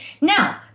Now